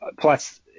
plus